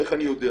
איך אני יודע?